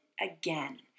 again